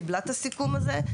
קיבלה את הסיכום הזה,